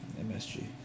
MSG